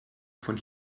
von